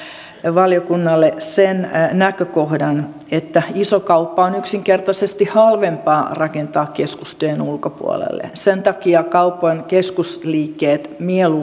valiokunnalle sen näkökohdan että iso kauppa on yksinkertaisesti halvempi rakentaa keskustojen ulkopuolelle sen takia kaupan keskusliikkeet